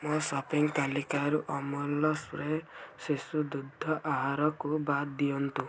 ମୋ ସପିଂ ତାଲିକାରୁ ଅମୁଲ ସ୍ପ୍ରେ ଶିଶୁ ଦୁଗ୍ଧ ଆହାରକୁ ବାଦ୍ ଦିଅନ୍ତୁ